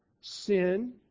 sin